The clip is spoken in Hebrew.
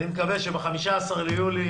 אני מקווה שב-15 ביולי